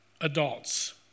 adults